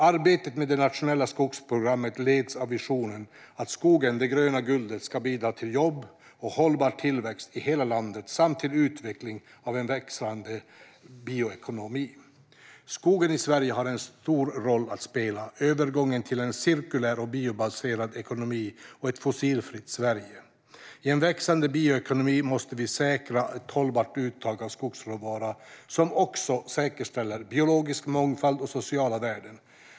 Arbetet med det nationella skogsprogrammet leds av visionen att skogen, det gröna guldet, ska bidra till jobb och hållbar tillväxt i hela landet samt till utvecklingen av en växande bioekonomi. Skogen i Sverige har en stor roll att spela i övergången till en cirkulär och biobaserad ekonomi och ett fossilfritt Sverige. I en växande bioekonomi måste vi säkra ett hållbart uttag av skogsråvara som också säkerställer biologisk mångfald och sociala värden.